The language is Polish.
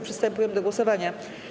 Przystępujemy do głosowania.